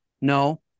No